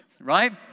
right